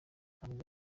ntabwo